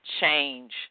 change